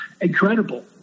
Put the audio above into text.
incredible